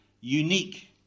Unique